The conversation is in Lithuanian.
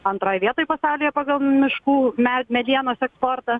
antroj vietoj pasaulyje pagal miškų med medienos eksportą